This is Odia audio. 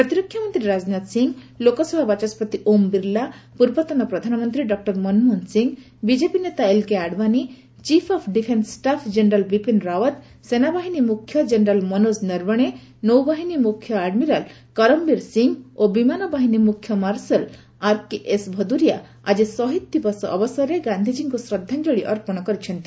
ପ୍ରତିରକ୍ଷା ମନ୍ତ୍ରୀ ରାଜନାଥ ସିଂହ ଲୋକସଭା ବାଚସ୍କତି ଓମ୍ ବିର୍ଲା ପୂର୍ବତନ ପ୍ରଧାନମନ୍ତ୍ରୀ ଡକ୍ଟର ମନମୋହନ ସିଂହ ବିଜେପି ନେତା L K Advani chief of defence staff general Bipin Rawat ସେନାବାହିନୀ ମୁଖ୍ୟ ଜେନେରାଲ୍ ମନୋଜ ନର୍ବଣେ ନୌବାହିନୀ ମୁଖ୍ୟ ଆଡମିରାଲ କରମବୀର ସିଂହ ଓ ବିମାନ ବାହିନୀ ମୁଖ୍ୟ ମାର୍ଶାଲ୍ ଆର୍କେଏସ୍ ଭଦୁରିଆ ଆଜି ସହିଦ ଦିବସ ଅବସରରେ ଗାନ୍ଧିଜୀଙ୍କୁ ଶ୍ରଦ୍ଧାଞ୍ଜଳୀ ଅର୍ପଣ କରିଛନ୍ତି